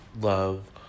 love